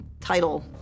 title